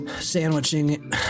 sandwiching